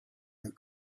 that